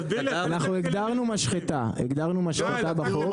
אנחנו הגדרנו משחטה בחוק.